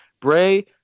Bray